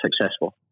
successful